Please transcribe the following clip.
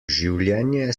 življenje